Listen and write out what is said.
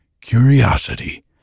curiosity